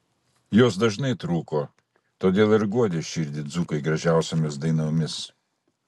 jos dažnai trūko todėl ir guodė širdį dzūkai gražiausiomis dainomis